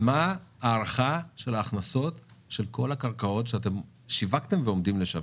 מה ההערכה של ההכנסות של כל הקרקעות שאתם שיווקתם ועומדים לשווק?